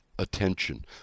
attention